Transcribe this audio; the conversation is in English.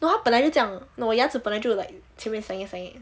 no 他本来就是这样的我牙齿本来就 like 前面 senget senget